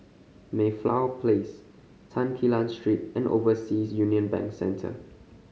Mayflower Place Tan Quee Lan Street and Overseas Union Bank Centre